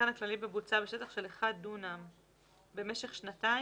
בבוצה בשטח של 1 דונם במשך שנתיים.